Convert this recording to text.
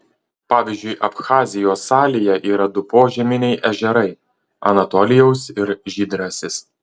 pavyzdžiui abchazijos salėje yra du požeminiai ežerai anatolijaus ir žydrasis